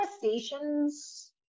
conversations